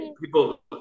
people